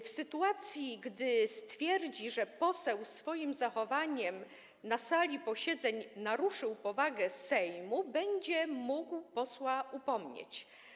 W sytuacji gdy stwierdzi, że poseł swoim zachowaniem na sali posiedzeń naruszył powagę Sejmu, będzie mógł posła upomnieć.